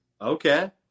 Okay